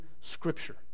Scripture